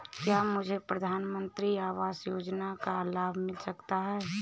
क्या मुझे प्रधानमंत्री आवास योजना का लाभ मिल सकता है?